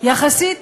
יחסית